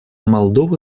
молдова